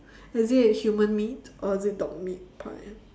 is it a human meat or is it dog meat pie